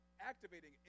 activating